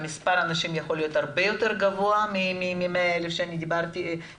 שמספר האנשים יכול להיות הרבה יותר גבוה מ-100,000 שאני שמעתי.